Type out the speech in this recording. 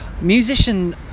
Musician